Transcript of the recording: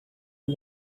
two